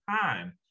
time